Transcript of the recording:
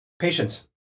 Patience